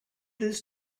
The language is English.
this